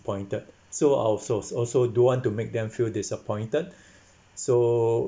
~pointed so I also also don't want to make them feel disappointed so